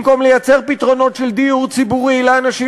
במקום לייצר פתרונות של דיור ציבורי לאנשים